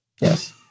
Yes